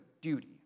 duty